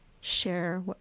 share